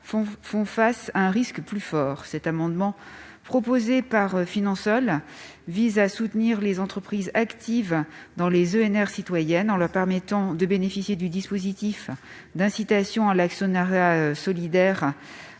font face à un risque plus élevé. Cet amendement, suggéré par Finansol, vise à soutenir les entreprises actives dans les ENR citoyennes, en leur permettant de bénéficier du dispositif d'incitation à l'actionnariat solidaire